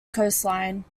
coastline